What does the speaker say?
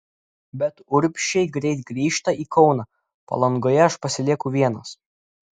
bet urbšiai greit grįžta į kauną palangoje aš pasilieku vienas